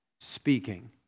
speaking